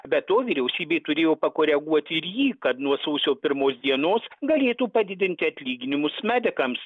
be to vyriausybė turėjo pakoreguoti ir jį kad nuo sausio pirmos dienos galėtų padidinti atlyginimus medikams